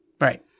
Right